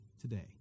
today